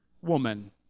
woman